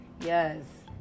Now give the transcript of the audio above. Yes